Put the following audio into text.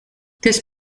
this